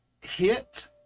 hit